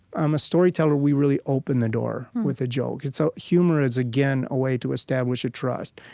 um a storyteller, we really open the door with a joke. and so humor is, again, a way to establish a trust,